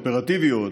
אופרטיביות,